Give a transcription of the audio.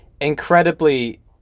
Incredibly